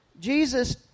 Jesus